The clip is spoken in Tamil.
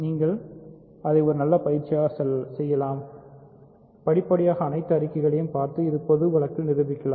நீங்கள் இதை ஒரு நல்ல பயிற்சியாக செய்யலாம் படிப்படியாக அனைத்து அறிக்கைகளையும் பார்த்து இந்த பொது வழக்கில் நிரூபிக்கலாம்